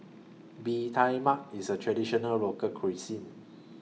Bee Tai Mak IS A Traditional Local Cuisine